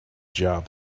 job